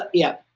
yeah.